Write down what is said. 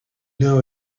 now